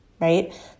right